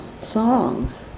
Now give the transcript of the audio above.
songs